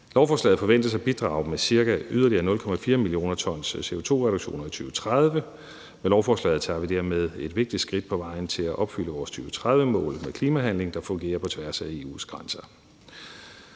Lovforslaget forventes at bidrage med yderligere ca. 0,4 mio. t CO2-reduktioner i 2030. Med lovforslaget tager vi dermed et vigtigt skridt på vejen til at opfylde vores 2030-mål med klimahandling, der fungerer på tværs af EU's grænser.